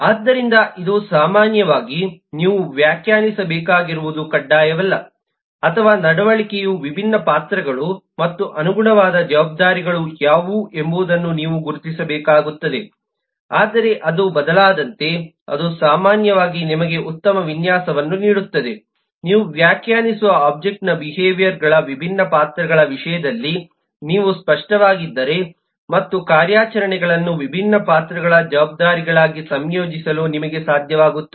ಆದ್ದರಿಂದ ಇದು ಸಾಮಾನ್ಯವಾಗಿ ನೀವು ವ್ಯಾಖ್ಯಾನಿಸಬೇಕಾಗಿರುವುದು ಕಡ್ಡಾಯವಲ್ಲ ಅಥವಾ ನಡವಳಿಕೆಯ ವಿಭಿನ್ನ ಪಾತ್ರಗಳು ಮತ್ತು ಅನುಗುಣವಾದ ಜವಾಬ್ದಾರಿಗಳು ಯಾವುವು ಎಂಬುದನ್ನು ನೀವು ಗುರುತಿಸಬೇಕಾಗುತ್ತದೆ ಆದರೆ ಅದು ಬದಲಾದಂತೆ ಅದು ಸಾಮಾನ್ಯವಾಗಿ ನಿಮಗೆ ಉತ್ತಮ ವಿನ್ಯಾಸವನ್ನು ನೀಡುತ್ತದೆ ನೀವು ವ್ಯಾಖ್ಯಾನಿಸುವ ಒಬ್ಜೆಕ್ಟ್ನ ಬಿಹೇವಿಯರ್ಗಳ ವಿಭಿನ್ನ ಪಾತ್ರಗಳ ವಿಷಯದಲ್ಲಿ ನೀವು ಸ್ಪಷ್ಟವಾಗಿದ್ದರೆ ಮತ್ತು ಕಾರ್ಯಾಚರಣೆಗಳನ್ನು ವಿಭಿನ್ನ ಪಾತ್ರಗಳ ಜವಾಬ್ದಾರಿಗಳಾಗಿ ಸಂಯೋಜಿಸಲು ನಿಮಗೆ ಸಾಧ್ಯವಾಗುತ್ತದೆ